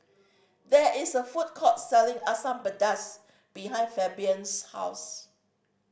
there is a food court selling Asam Pedas behind Fabian's house